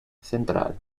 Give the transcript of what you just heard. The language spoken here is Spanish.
central